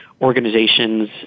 Organizations